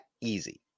easy